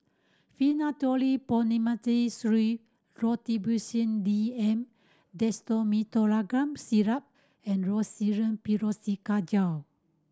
Rhinathiol Promethazine Syrup Robitussin D M Dextromethorphan Syrup and Rosiden Piroxicam Gel